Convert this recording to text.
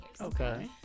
Okay